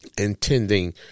intending